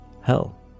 hell